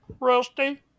Rusty